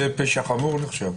זה פשע חמור נחשב?